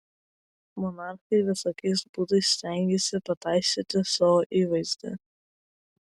monarchai visokiais būdais stengėsi pataisyti savo įvaizdį